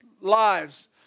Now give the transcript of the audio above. lives